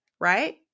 right